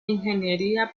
ingeniería